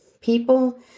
People